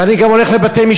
ואני גם הולך לבתי-משפט,